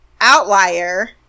outlier